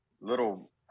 little